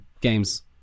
games